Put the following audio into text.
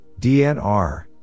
DNR